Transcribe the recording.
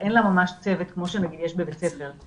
ואין לה ממש צוות כמו שנגיד יש בבית ספר.